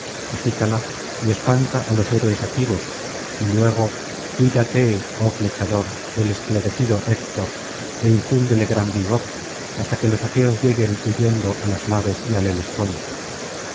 agítala y espanta á los héroes aquivos y luego cuídate oh flechador del esclarecido héctor é infiíndele gran vigor hasta que los aqueos lleguen huyendo á las naves y al helesponto